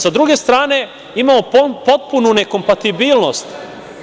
Sa druge strane imamo potpunu nekompatibilnost